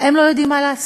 הם לא יודעים מה לעשות.